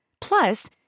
Plus